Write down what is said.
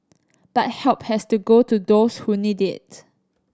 but help has to go to those who need it